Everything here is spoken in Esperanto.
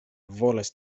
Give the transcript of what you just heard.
volas